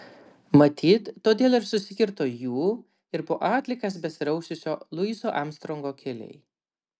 matyt todėl ir susikirto jų ir po atliekas besiraususio luiso armstrongo keliai